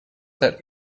that